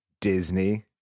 Disney